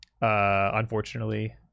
Unfortunately